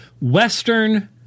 Western